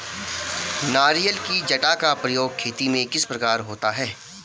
नारियल की जटा का प्रयोग खेती में किस प्रकार होता है?